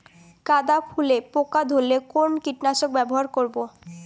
গাদা ফুলে পোকা ধরলে কোন কীটনাশক ব্যবহার করব?